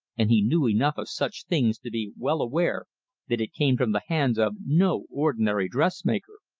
and he knew enough of such things to be well aware that it came from the hands of no ordinary dressmaker.